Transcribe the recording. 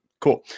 cool